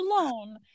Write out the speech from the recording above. alone